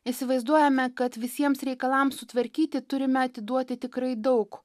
įsivaizduojame kad visiems reikalams sutvarkyti turime atiduoti tikrai daug